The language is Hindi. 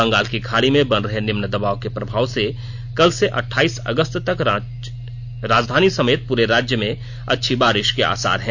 बंगाल की खाड़ी में बन रहे निम्न दबाव के प्रभाव से कल से अठाईस अगस्त तक राजधानी समेत पूरे राज्य में अच्छी बारिश के आसार हैं